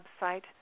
website